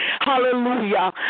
Hallelujah